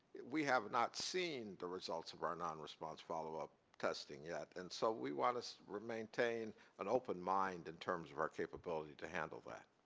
we have not seen the results of our non-response follow-up testing yet. and so, we want to so maintain an open mind in terms of our capability to handle that.